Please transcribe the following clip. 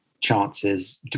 chances